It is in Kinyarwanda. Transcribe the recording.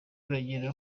bagera